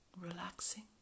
relaxing